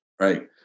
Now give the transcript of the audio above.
right